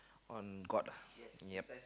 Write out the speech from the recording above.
on god ah yup